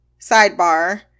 sidebar